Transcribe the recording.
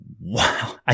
Wow